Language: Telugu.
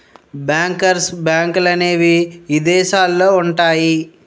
బ్యాంకర్స్ బ్యాంకులనేవి ఇదేశాలల్లో ఉంటయ్యి